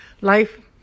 life